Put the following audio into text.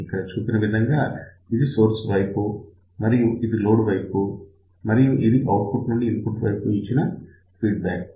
ఇక్కడ చూపిన విధంగా ఇది సోర్స్ వైపు మరియు ఇది లోడ్ వైపు మరియు ఇది ఔట్పుట్ నుండి ఇన్పుట్ వైపు ఇచ్చిన ఫీడ్బ్యాక్